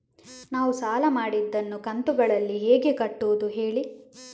ನಾವು ಸಾಲ ಮಾಡಿದನ್ನು ಕಂತುಗಳಲ್ಲಿ ಹೇಗೆ ಕಟ್ಟುದು ಹೇಳಿ